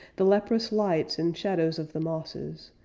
the leprous lights and shadows of the mosses,